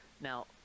Now